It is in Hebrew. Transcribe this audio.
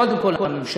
קודם כול הממשלה,